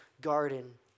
garden